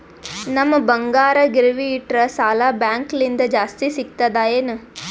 ನಮ್ ಬಂಗಾರ ಗಿರವಿ ಇಟ್ಟರ ಸಾಲ ಬ್ಯಾಂಕ ಲಿಂದ ಜಾಸ್ತಿ ಸಿಗ್ತದಾ ಏನ್?